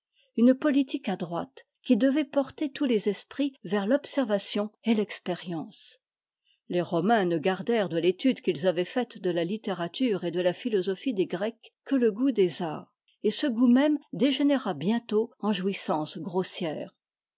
une politique adroite qui devait porter tous les esprits vers l'observation et l'expérience les romains ne gardèrent de l'étude qu'ils avaient faite de la littérature et de la philosophie des grecs que le goût des arts et ce goût même dégénéra bientôt en jouissances grossières